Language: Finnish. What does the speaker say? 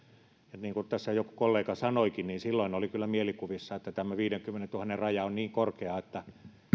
niin kuin tässä joku kollega sanoikin niin silloin oli kyllä mielikuvissa että tämä viidenkymmenentuhannen raja on niin korkea että